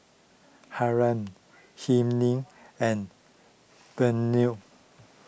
Hiram and Burney